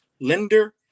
lender